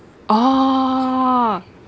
oh